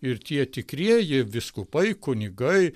ir tie tikrieji vyskupai kunigai